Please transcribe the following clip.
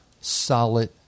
solid